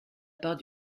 part